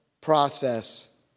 process